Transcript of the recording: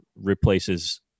replaces